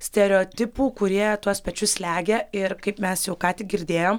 stereotipų kurie tuos pečius slegia ir kaip mes jau ką tik girdėjom